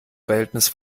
verhältnis